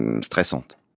stressante